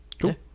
Cool